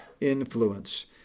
influence